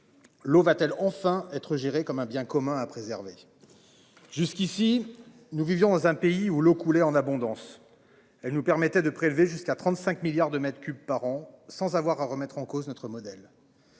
L'eau va-t-elle enfin être gérée comme un bien commun à préserver. Jusqu'ici, nous vivons dans un pays où l'eau coulait en abondance. Elle nous permettait de prélever jusqu'à 35 milliards de mètres cubes par an sans avoir à remettre en cause notre modèle.